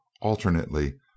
alternately